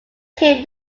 came